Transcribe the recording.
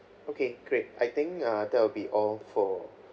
okay great I think uh that will be all for